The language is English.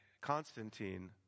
Constantine